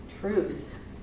truth